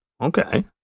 Okay